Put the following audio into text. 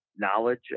knowledge